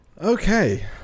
Okay